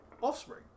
offspring